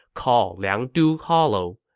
called liangdu hollow.